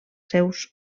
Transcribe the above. seus